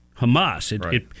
Hamas